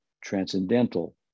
transcendental